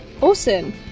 Awesome